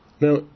Now